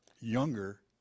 younger